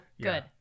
good